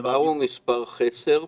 והמספר הוא מספר חסר,